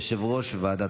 תוצאות ההצבעה: 22 בעד,